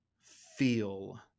feel